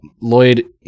lloyd